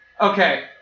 Okay